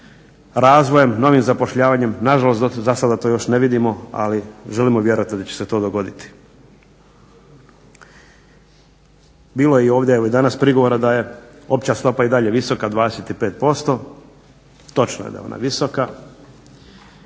razvojem, novim zapošljavanjem nažalost dok to zasada još ne vidimo ali želimo vjerovati da će se to dogoditi. Bilo je ovdje evo i danas prigovora da je opća stopa i dalje visoka, 25%. Točno je da je ona visoka,